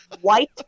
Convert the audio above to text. white